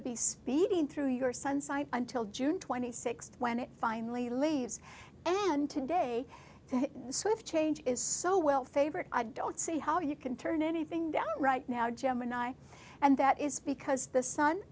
to be speeding through your sun site until june twenty sixth when it finally leaves and today the swift change is so well favorite i don't see how you can turn anything down right now gemini and that is because the sun